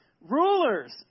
Rulers